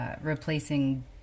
replacing